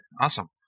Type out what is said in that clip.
Awesome